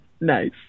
Nice